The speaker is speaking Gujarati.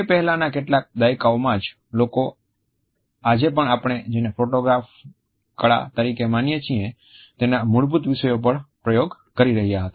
તે પહેલાના કેટલાક દાયકાઓમાં જ લોકો આજે આપણે જેને ફોટોગ્રાફી કળા તરીકે માનીએ છીએ તેના મૂળભૂત વિષયો પર પ્રયોગ કરી રહ્યા હતા